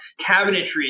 cabinetry